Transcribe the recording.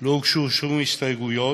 לא הוגשו שום הסתייגויות,